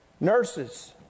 Nurses